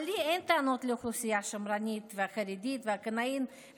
אבל לי אין טענות אל האוכלוסייה השמרנית והחרדית והקנאית,